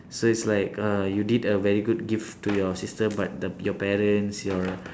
so it's like uh you did a very good gift to your sister but the your parents your